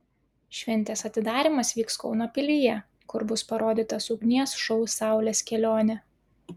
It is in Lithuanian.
šventės atidarymas vyks kauno pilyje kur bus parodytas ugnies šou saulės kelionė